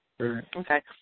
okay